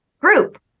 group